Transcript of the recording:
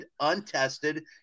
untested